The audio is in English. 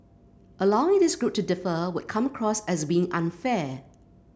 allowing this group to defer would come across as being unfair